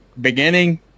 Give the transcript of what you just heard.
beginning